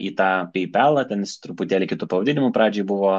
į tą peipelą ten jis truputėlį kitu pavadinimu pradžioj buvo